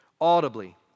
audibly